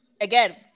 Again